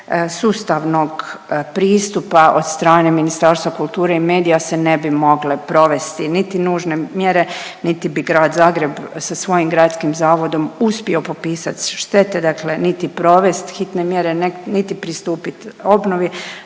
sustavnog pristupa od strane Ministarstva kulture i medija se ne bi mogle provesti niti nužne mjere niti bi grad Zagreb sa svojim gradskim zavodom uspio popisat štete, dakle niti provest hitne mjere niti pristupit obnovi.